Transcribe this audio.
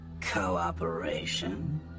Cooperation